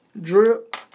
drip